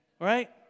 right